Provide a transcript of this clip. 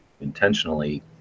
intentionally